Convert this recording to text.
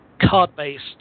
card-based